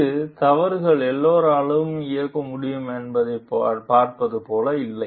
இது தவறுகள் எல்லோராலும் இருக்க முடியும் என்பதைப் பார்ப்பது போல் இல்லை